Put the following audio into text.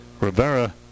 Rivera